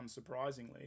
unsurprisingly